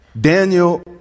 Daniel